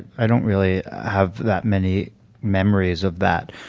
i don't really have that many memories of that.